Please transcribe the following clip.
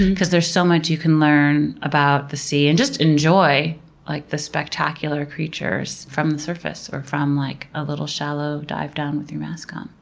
because there's so much you can learn about the sea and just enjoy like the spectacular creatures from the surface or from like ah a shallow dive down with your mask on.